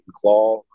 claw